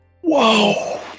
Whoa